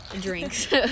drinks